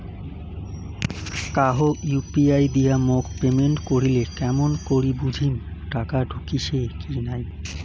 কাহো ইউ.পি.আই দিয়া মোক পেমেন্ট করিলে কেমন করি বুঝিম টাকা ঢুকিসে কি নাই?